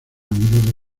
amigo